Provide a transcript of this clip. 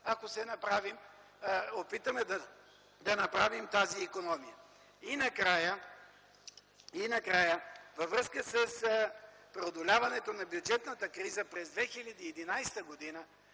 ако се опитаме да направим тази икономия. И накрая, във връзка с преодоляването на бюджетната криза през 2011 г.,